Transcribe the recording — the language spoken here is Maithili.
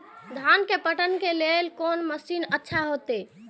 धान के पटवन के लेल कोन मशीन अच्छा होते?